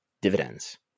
dividends